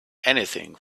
anything